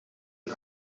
een